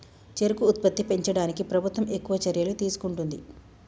చెరుకు ఉత్పత్తి పెంచడానికి ప్రభుత్వం ఎక్కువ చర్యలు తీసుకుంటుంది